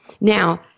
Now